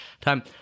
time